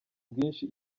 bwinshi